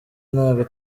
ntabwo